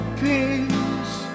peace